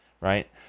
right